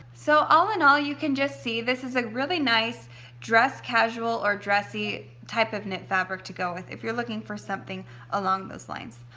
so all in all you can just see this is a really nice dress casual or dressy type of knit fabric to go with. if you're looking for something along those lines.